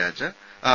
Raja R